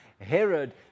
Herod